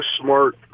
smart